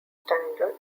standard